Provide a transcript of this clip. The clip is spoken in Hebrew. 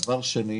דבר שני,